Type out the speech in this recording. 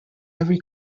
every